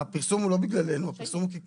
הפרסום הוא לא בגללנו, הפרסום הוא כי